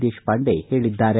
ದೇಶಪಾಂಡೆ ಹೇಳಿದ್ದಾರೆ